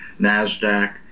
NASDAQ